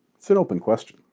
it's an open question.